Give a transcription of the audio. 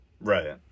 right